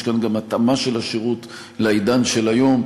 יש להם גם התאמה של השירות לעידן של היום.